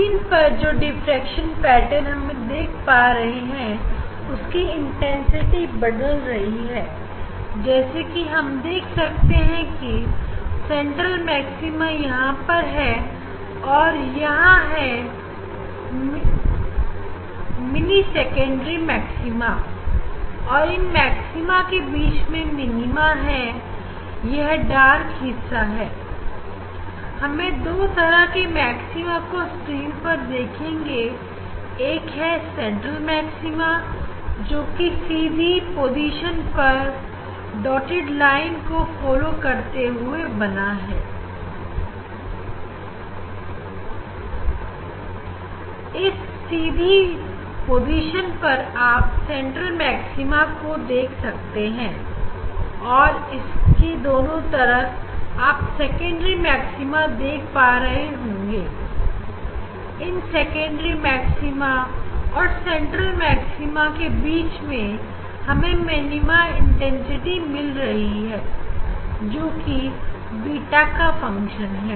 screen पर जो diffraction pattern हम देख पा रहे हैं उसकी इंटेंसिटी बदल रही है जैसे कि हम देख सकते हैं कि सेंट्रल मैक्सिमा यहां पर है और यह है मिनी सेकेंडरी मैक्सिमा और इन मैक्सिमा के बीच में मिनीमा है यह डार्क हिस्से हैं हम दो तरह के मैक्सिमा को स्क्रीन पर देखेंगे एक है सेंट्रल मैक्सिमा जोकि सीधी पोजीशन पर डॉटेड लाइन को फॉलो करते हुए बन रहा है इस सीधी पोजीशन पर आप सेंट्रल मैक्सिमा को देख सकते हैं और इसके दोनों तरफ आप सेकेंडरी मैक्सिमा देख पा रहे होंगे और इन सेकेंडरी मैक्सिमा और सेंट्रल मैक्सिमा के बीच में हमें मिनीमा इंटेंसिटी मिल रही है जोकि बीटा का फंक्शन है